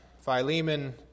Philemon